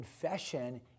confession